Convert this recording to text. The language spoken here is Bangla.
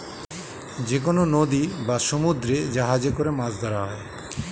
যেকনো নদী বা সমুদ্রে জাহাজে করে মাছ ধরা হয়